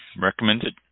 Recommended